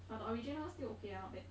but the original still okay lah not bad